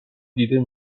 دیده